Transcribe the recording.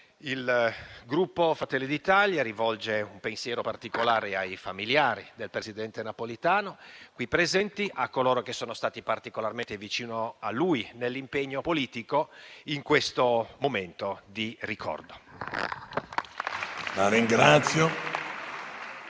il Gruppo Fratelli d'Italia rivolge un pensiero particolare ai familiari del presidente Napolitano qui presenti e a coloro che sono stati particolarmente vicino a lui nell'impegno politico in questo momento di ricordo.